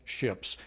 ships